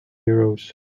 euros